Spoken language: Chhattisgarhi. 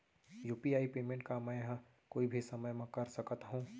यू.पी.आई पेमेंट का मैं ह कोई भी समय म कर सकत हो?